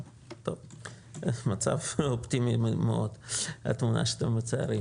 מצב אופטימי מאוד התמונה שאתם מציירים.